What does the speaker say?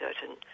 certain